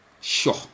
Sure